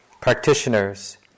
Practitioners